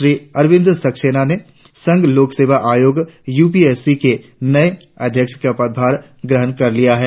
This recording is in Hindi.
श्री अरविंद सक्सेना ने संघ लोक सेवा आयोगयू पी एस सी के नये अध्यक्ष का पदभार ग्रहण कर लिया है